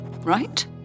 right